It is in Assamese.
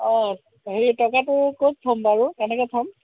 অঁ হেৰি টকাটো ক'ত থম বাৰু কেনেকৈ থ'ম